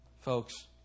Folks